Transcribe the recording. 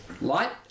light